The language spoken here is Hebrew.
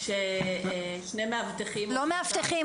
לקבוע ששני מאבטחים --- לא מאבטחים,